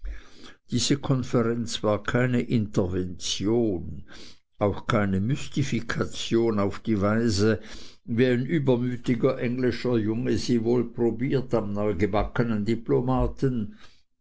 diese konferenz war keine intervention auch keine mystifikation auf die weise wie ein übermütiger englischer junge sie wohl probiert an neugebackenen diplomaten